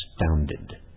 astounded